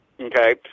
okay